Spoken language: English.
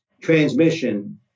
transmission